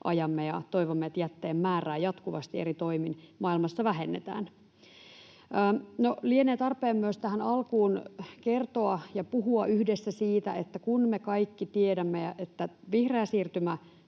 ajamme ja toivomme, että jätteen määrää jatkuvasti eri toimin maailmassa vähennetään. No, lienee tarpeen myös tähän alkuun kertoa ja puhua yhdessä siitä, että kun me kaikki tiedämme, että vihreä siirtymä